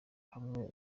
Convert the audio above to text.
hamwe